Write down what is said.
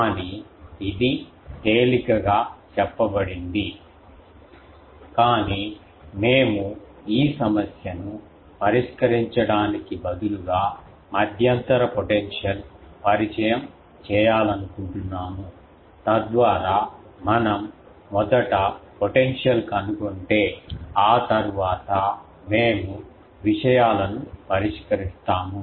కానీ ఇది తేలికగా చెప్పబడింది కాని మేము ఈ సమస్యను పరిష్కరించడానికి బదులుగా మధ్యంతర పొటెన్షియల్ పరిచయం చేయాలనుకుంటున్నాము తద్వారా మనం మొదట పొటెన్షియల్ కనుగొంటే ఆ తరువాత మేము విషయాలను పరిష్కరిస్తాము